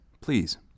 Please